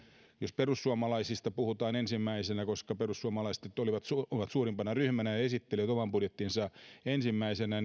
jos perussuomalaisista puhutaan ensimmäisenä koska perussuomalaiset nyt ovat suurimpana ryhmänä ja ja esittelivät oman budjettinsa ensimmäisenä